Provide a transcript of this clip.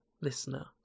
listener